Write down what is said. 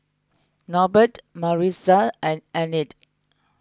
Norbert Maritza and Enid